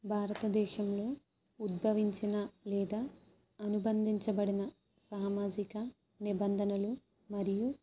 భారతదేశంలో ఉద్భవించిన లేదా అనుబంధించబడిన సామాజిక నిబంధనలు మరియు